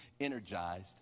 energized